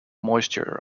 moisture